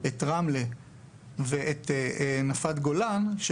רמלה ונפת גולן,